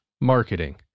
marketing